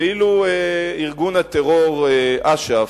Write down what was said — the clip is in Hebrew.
ואילו ארגון הטרור אש"ף,